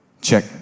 Check